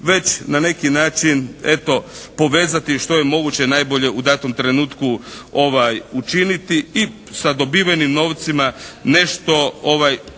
već na neki način eto povezati što je moguće najbolje u datom trenutku učiniti i sa dobivenim novcima nešto početi